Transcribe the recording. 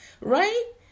Right